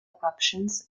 options